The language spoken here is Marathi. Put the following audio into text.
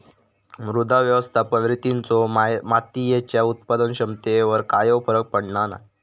मृदा व्यवस्थापन रितींचो मातीयेच्या उत्पादन क्षमतेवर कायव फरक पडना नाय